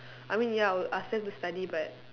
I mean ya I will ask them to study but